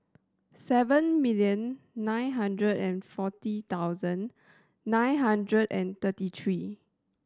seven million nine hundred and forty thousand nine hundred and thirty three